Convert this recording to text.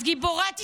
את גיבורת ישראל,